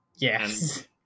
Yes